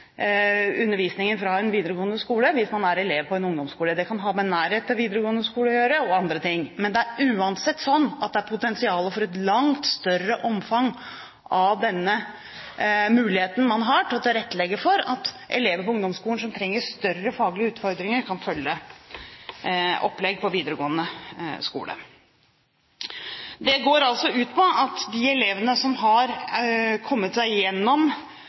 undervisningen fra en videregående skole hvis man er elev på en ungdomsskole. Det kan ha med nærhet til videregående skole å gjøre og andre ting. Men det er uansett sånn at det er potensial for et langt større omfang av den muligheten man har til å tilrettelegge for at elever på ungdomsskolen som trenger større faglige utfordringer, kan følge et opplegg på videregående skole. Det går ut på at de elevene som har kommet seg gjennom